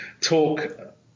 talk